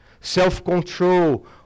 self-control